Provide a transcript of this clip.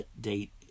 date